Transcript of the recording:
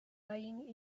lying